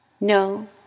No